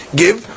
give